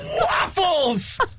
Waffles